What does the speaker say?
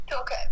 Okay